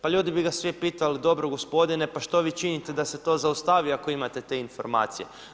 Pa ljudi bi ga svi pitali, dobro gospodine, pa što vi činite da se to zaustavi, ako imate te informacije?